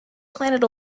planted